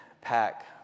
pack